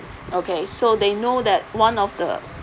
okay so they know that one of the